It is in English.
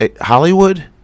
Hollywood